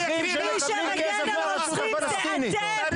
מדברים על רוצחים,